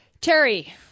Terry